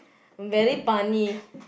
very punny